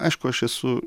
aišku aš esu